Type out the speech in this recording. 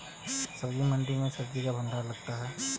सब्जी मंडी में सब्जी का भंडार लगा है